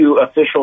official